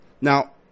Now